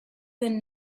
than